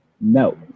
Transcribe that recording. No